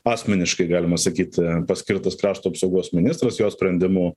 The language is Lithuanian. asmeniškai galima sakyt paskirtas krašto apsaugos ministras jo sprendimu